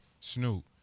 Snoop